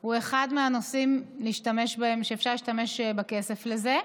הוא אחד הנושאים שאפשר להשתמש בשבילם בכסף הזה.